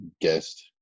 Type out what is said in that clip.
guest